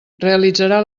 realitzarà